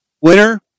winner